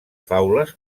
faules